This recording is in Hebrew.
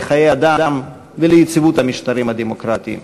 לחיי אדם וליציבות המשטרים הדמוקרטיים.